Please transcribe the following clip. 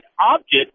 object